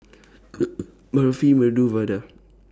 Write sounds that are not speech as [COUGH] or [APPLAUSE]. [NOISE] Barfi Medu Vada